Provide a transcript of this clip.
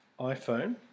iPhone